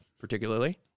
particularly